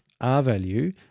R-value